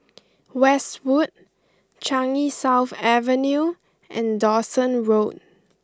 Westwood Changi South Avenue and Dawson Road